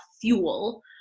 fuel